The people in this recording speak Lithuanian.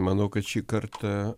manau kad šį kartą